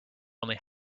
only